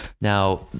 now